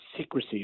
secrecy